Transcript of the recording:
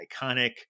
Iconic